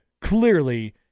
clearly